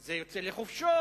זה יוצא לחופשות,